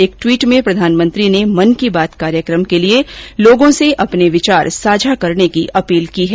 एक ट्वीट में प्रधानमंत्री ने मन की बात कार्यक्रम के लिए लोगों से अपने विचार साझा करने की अपील की है